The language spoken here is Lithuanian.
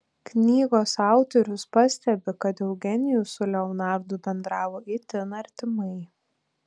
knygos autorius pastebi kad eugenijus su leonardu bendravo itin artimai